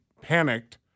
panicked